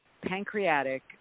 pancreatic